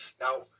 Now